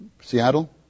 Seattle